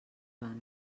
van